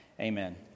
Amen